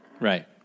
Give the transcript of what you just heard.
Right